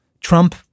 Trump